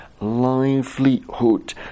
livelihood